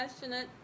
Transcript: passionate